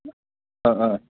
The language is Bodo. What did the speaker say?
ओ ओ ओ